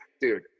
dude